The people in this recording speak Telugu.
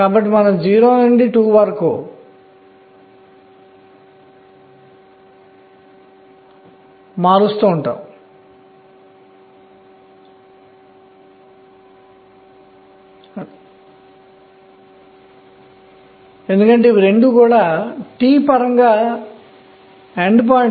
L 0 మళ్లీ 2 అవుతుంది మొత్తం ఎలక్ట్రాన్ల సంఖ్యను చూద్దాం